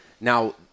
Now